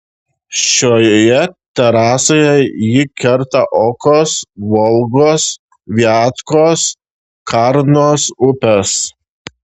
šioje terasoje ji kerta okos volgos viatkos karnos upes